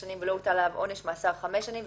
שנים ולא הוטל עליו עונש מאסר חמש שנים,